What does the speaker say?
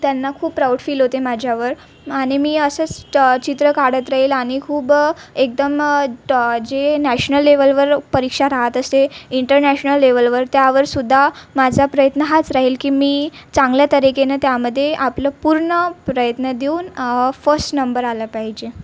त्यांना खूप proud feel होते माझ्यावर आणि मी असेच स्टॉ चित्र काढत राहिल आणि खूप एकदम टॉ जे नॅशनल लेवलवर परीक्षा राहत असते इंटरनॅशनल लेवलवर त्यावरसुद्धा माझा प्रयत्न हाच राहिल की मी चांगल्या तरेकेनं त्यामध्ये आपलं पूर्ण प्रयत्न देऊन फश नंबर आला पाहिजे